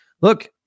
look